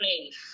place